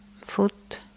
foot